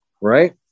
right